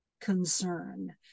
concern